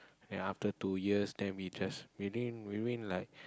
ya after two years then we just we win we win like